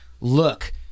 look